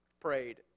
prayed